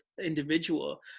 individual